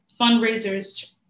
fundraisers